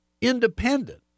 independent